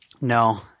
No